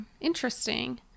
interesting